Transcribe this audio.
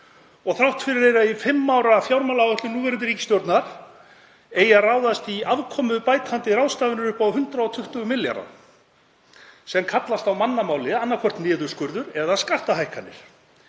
þrátt fyrir að í fimm ára fjármálaáætlun núverandi ríkisstjórnar eigi að ráðast í afkomubætandi ráðstafanir upp á 120 milljarða, sem kallast á mannamáli annaðhvort niðurskurður eða skattahækkanir.